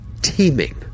teeming